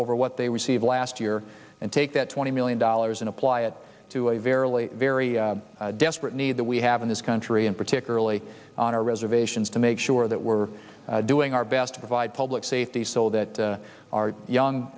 over what they received last year and take that twenty million dollars and apply it to a verily very a desperate need that we have in this country and particularly on our reservations to make sure that we're doing our best to provide public safety so that our young